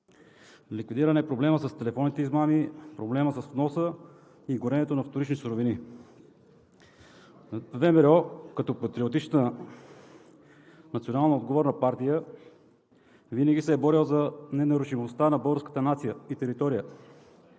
Ликвидиран е проблемът с телефонните измами, проблемът с вноса и горенето на вторични суровини. ВМРО като патриотична националноотговорна партия винаги се е борила за ненарушимостта на българската нация и територията.